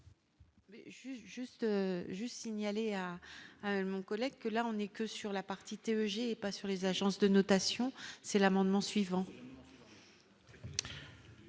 juste signaler à mon collègue que là on est que sur la partie théologie et pas sur les agences de notation, c'est l'amendement suivant.